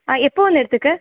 ஆ எப்போது வந்து எடுத்துக்க